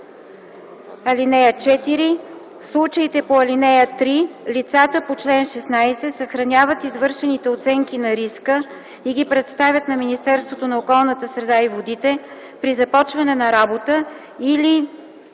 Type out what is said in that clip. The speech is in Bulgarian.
ал. 1. (4) В случаите по ал. 3 лицата по чл. 16 съхраняват извършените оценки на риска и ги представят на Министерството на околната среда и водите при започване на работа или